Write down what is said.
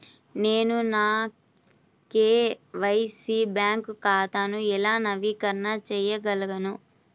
నేను నా KYC bank ఖాతాను ఎలా నవీకరణ చేయగలను?